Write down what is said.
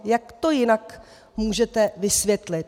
Jak to jinak můžete vysvětlit?